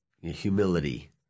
humility